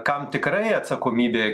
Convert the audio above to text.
kam tikrai atsakomybė